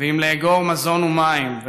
ואם לאגור מזון ומים.